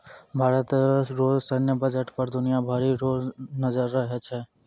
भारत रो सैन्य बजट पर दुनिया भरी रो नजर रहै छै